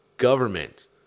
government